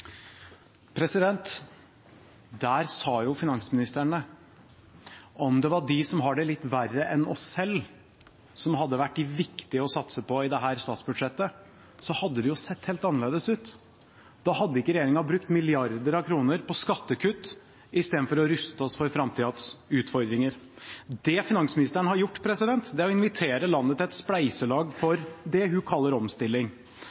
Der sa finansministeren det – om det var de som har det litt verre enn oss selv, som hadde vært de viktige å satse på i dette statsbudsjettet, hadde det jo sett helt annerledes ut. Da hadde ikke regjeringen brukt milliarder av kroner på skattekutt istedenfor å ruste oss for framtidas utfordringer. Det finansministeren har gjort, er å invitere landet til et spleiselag for det hun kaller omstilling.